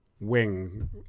wing